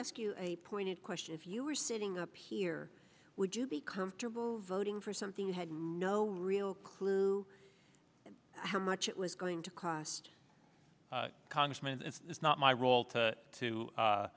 ask you a pointed question if you were sitting up here would you be comfortable voting for something you had no real clue how much it was going to cost congressman and it's not my role to to